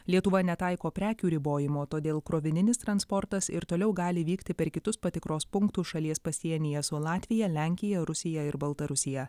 lietuva netaiko prekių ribojimo todėl krovininis transportas ir toliau gali vykti per kitus patikros punktus šalies pasienyje su latvija lenkija rusija ir baltarusija